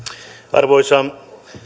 arvoisa